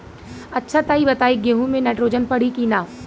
अच्छा त ई बताईं गेहूँ मे नाइट्रोजन पड़ी कि ना?